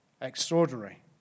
extraordinary